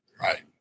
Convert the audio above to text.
Right